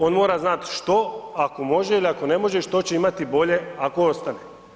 On mora znati što ako može ili ako ne može i što će imati bolje ako ostane.